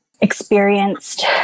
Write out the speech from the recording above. experienced